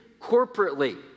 corporately